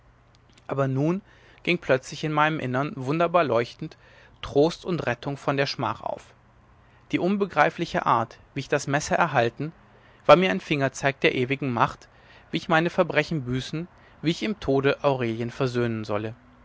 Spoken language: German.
aber nun ging plötzlich in meinem innern wunderbar leuchtend trost und rettung von der schmach auf die unbegreifliche art wie ich das messer erhalten war mir ein fingerzeig der ewigen macht wie ich meine verbrechen büßen wie ich im tode aurelien versöhnen solle